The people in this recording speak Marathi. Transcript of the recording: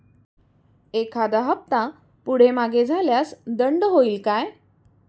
एखादा हफ्ता पुढे मागे झाल्यास दंड होईल काय?